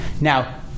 Now